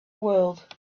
world